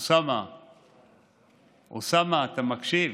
אוסאמה, אוסאמה, אתה מקשיב?